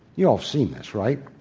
you all have seen this, right?